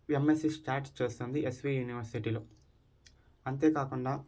MSc స్ట్యాక్స్ చేస్తుంది SV యూనివర్సిటీలో అంతేకాకుండా